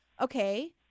okay